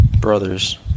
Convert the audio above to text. brothers